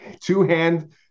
two-hand